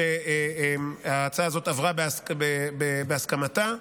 שההצעה הזאת עברה בהסכמתה.